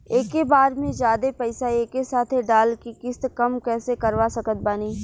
एके बार मे जादे पईसा एके साथे डाल के किश्त कम कैसे करवा सकत बानी?